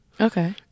okay